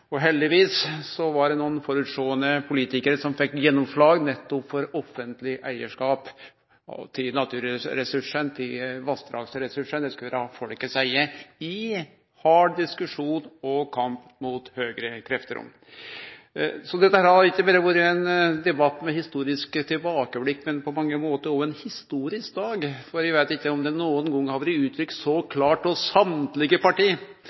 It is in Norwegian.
og heldigvis var det nokre framsynte politikarar som fekk gjennomslag nettopp for offentleg eigarskap til naturressursane og vassdragsressursane – dei skulle vere i folkets eige – i hard diskusjon og kamp mot høgrekreftene. Dette har ikkje berre vore ein debatt med historiske tilbakeblikk, men på mange måtar òg ein historisk dag, for eg veit ikkje om det nokon gong har vore uttrykt så klart av alle parti